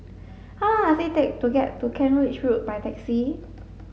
how long does it take to get to Kent Ridge Road by taxi